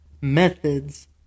methods